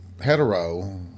hetero